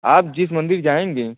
आप जिस मंदिर जाएँगे